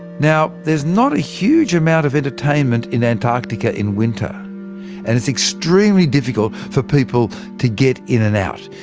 now there's not a huge amount of entertainment in antarctica in winter and it's extremely difficult for people to get in and out.